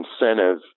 incentive